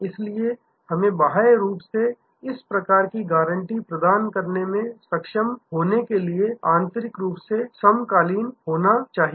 इसलिए हमें बाह्य रूप से इस प्रकार की गारंटी प्रदान करने में सक्षम होने के लिए आंतरिक रूप से समकालीन होना चाहिए